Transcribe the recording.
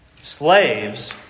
slaves